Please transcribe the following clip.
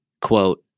quote